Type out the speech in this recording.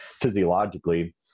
physiologically